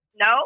No